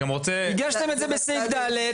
הגשתם את זה בסעיף (ד).